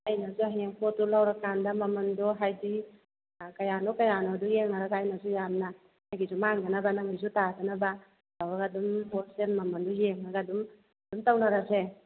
ꯑꯩꯅꯁꯨ ꯍꯌꯦꯡ ꯄꯣꯠꯇꯨ ꯂꯧꯔꯀꯥꯟꯗ ꯃꯃꯟꯗꯣ ꯍꯥꯏꯗꯤ ꯀꯌꯥꯅꯣ ꯀꯌꯥꯅꯣꯗꯣ ꯌꯦꯡꯅꯔꯒ ꯑꯩꯅꯁꯨ ꯌꯥꯝꯅ ꯑꯩꯒꯤꯁꯨ ꯃꯥꯡꯗꯅꯕ ꯅꯪꯒꯤꯁꯨ ꯇꯥꯗꯅꯕ ꯇꯧꯔꯒ ꯑꯗꯨꯝ ꯄꯣꯠꯁꯦ ꯃꯃꯟꯗꯣ ꯌꯦꯡꯉꯒ ꯑꯗꯨꯝ ꯑꯗꯨꯝ ꯇꯧꯅꯔꯁꯦ